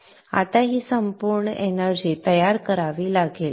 आता ही संपूर्ण ऊर्जा तयार करावी लागेल